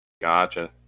Gotcha